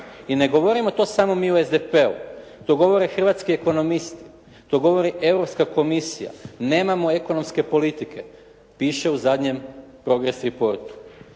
I ne govorimo to samo mi u SDP-u. to govore hrvatski ekonomisti, to govori Europska komisija. Nemamo ekonomske politike. Piše u zadnjem "Progress report-u".